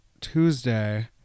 Tuesday